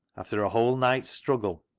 after a whole night's struggle,